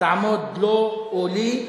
לא תעמוד לו או לי.